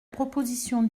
proposition